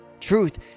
Truth